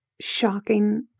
shocking